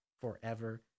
forever